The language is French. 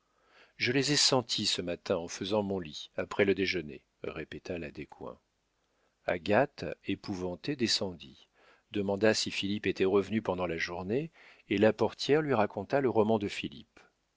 je les ai sentis ce matin en faisant mon lit après le déjeuner répéta la descoings agathe épouvantée descendit demanda si philippe était revenu pendant la journée et la portière lui raconta le roman de philippe